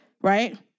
right